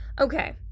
Okay